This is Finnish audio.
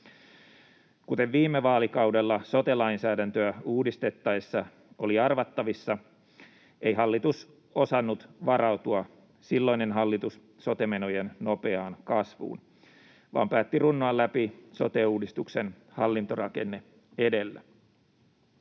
Kuten viime vaalikaudella sote-lainsäädäntöä uudistettaessa oli arvattavissa, ei hallitus osannut varautua, silloinen hallitus, sote-menojen nopeaan kasvuun vaan päätti runnoa läpi sote-uudistuksen hallintorakenne edellä.